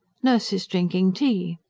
nurse is drinking tea.